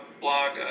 blog